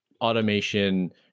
automation